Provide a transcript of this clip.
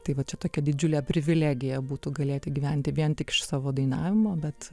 tai va čia tokia didžiulė privilegija būtų galėti gyventi vien tik iš savo dainavimo bet